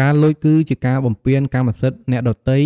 ការលួច គឺជាការបំពានកម្មសិទ្ធិអ្នកដទៃ